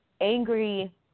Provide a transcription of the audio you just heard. angry